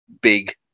big